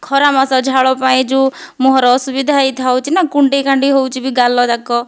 ଖରା ମାସ ଝାଳ ପାଇଁ ଯେଉଁ ମୁହଁର ଅସୁବିଧା ହୋଇଥାଉଛି ନା କୁଣ୍ଡେଇ କାଣ୍ଡେଇ ହେଉଛି ବି ଗାଲ ଯାକ